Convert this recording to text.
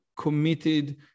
committed